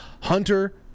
Hunter